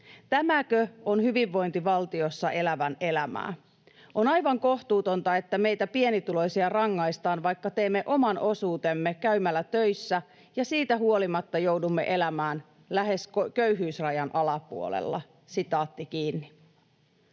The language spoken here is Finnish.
Tämäkö on hyvinvointivaltiossa elävän elämää? On aivan kohtuutonta, että meitä pienituloisia rangaistaan, vaikka teemme oman osuutemme käymällä töissä, ja siitä huolimatta joudumme elämään lähes köyhyysrajan alapuolella.” ”Olen